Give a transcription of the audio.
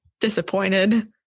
disappointed